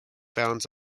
bounds